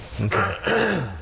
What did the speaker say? Okay